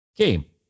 Okay